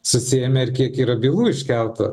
susiėmė ir kiek yra bylų iškelta